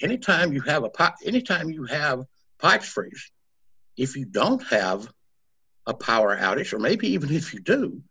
any time you have a pot any time you have x rays if you don't have a power outage or maybe even if you do